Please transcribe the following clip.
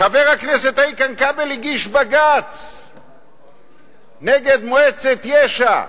חבר הכנסת איתן כבל הגיש בג"ץ נגד מועצת יש"ע,